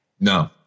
No